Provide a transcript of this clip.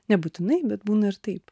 nebūtinai bet būna ir taip